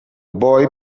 boy